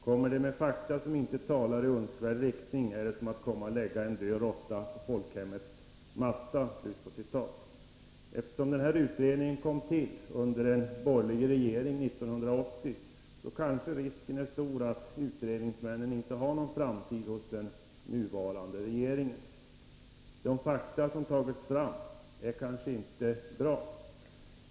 Kommer de med fakta som inte talar i önskvärd riktning är det som att komma och lägga en död råtta på folkhemmets matta. Eftersom utredningen kom till under en borgerlig regering 1980 kanske risken är stor att utredningsmännen inte har någon framtid hos den nuvarande regeringen. De fakta som tagits fram är kanske inte bra.